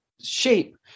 shape